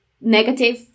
negative